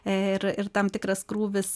ir ir tam tikras krūvis